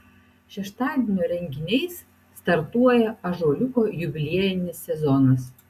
šeštadienio renginiais startuoja ąžuoliuko jubiliejinis sezonas